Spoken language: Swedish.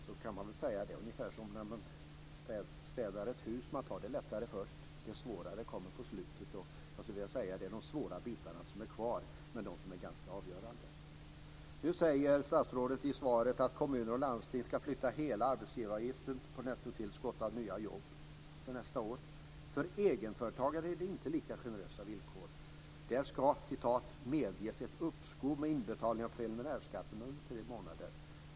Det är ungefär som när man städar ett hus, dvs. man tar det lättare först och det svårare kommer på slutet. Det blir de svåra bitarna som blir kvar, men de är ganska avgörande. Statsrådet sade i sitt svar att kommuner och landsting ska slippa hela arbetsgivaravgiften på nettotillskottet av nya jobb för nästa år. För egenföretagare är det inte lika generösa villkor. Där ska medges ett "uppskov med inbetalning av preliminärskatt de tre första månaderna".